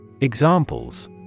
Examples